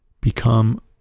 become